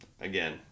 again